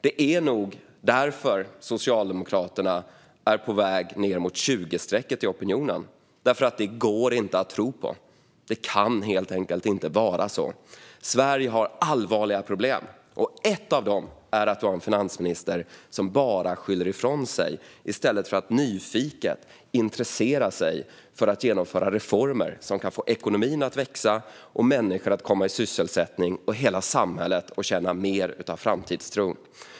Det är nog därför som Socialdemokraterna är på väg ned mot 20-procentsstrecket i opinionen, eftersom det inte går att tro på detta. Det kan helt enkelt inte vara så. Sverige har allvarliga problem, och ett av dem är att vi har en finansminister som bara skyller ifrån sig i stället för att nyfiket intressera sig för att genomföra reformer som kan få ekonomin att växa, få människor att komma i sysselsättning och få hela samhället att känna mer av framtidstro.